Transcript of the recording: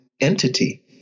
entity